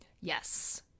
Yes